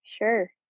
sure